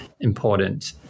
important